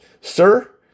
Sir